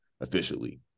officially